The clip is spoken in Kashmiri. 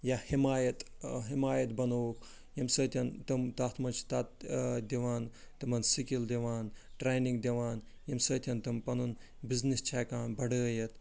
یا حِمایت حِمایت بنووُکھ ییٚمہِ سۭتۍ تِم تتھ منٛز چھِ تت دِوان تِمن سِکِل دِوان ٹرٛٮ۪نِنٛگ دِوان ییٚمہِ سۭتۍ تِم پنُن بِزنِس چھِ ہٮ۪کان بڑٲیِتھ